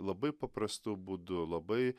labai paprastu būdu labai